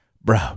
bro